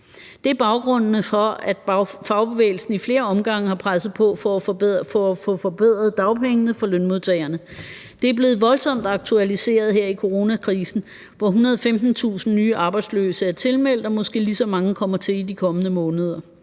Det er baggrunden for, at fagbevægelsen i flere omgange har presset på for at få forbedret dagpengene for lønmodtagerne. Det er blevet voldsomt aktualiseret her i coronakrisen, hvor 115.000 nye arbejdsløse er tilmeldt og måske lige så mange kommer til i de kommende måneder.